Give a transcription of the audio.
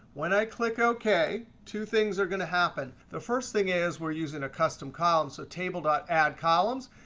when i click ok, two things are going to happen. the first thing is, we're using a custom column, so table dot add columns.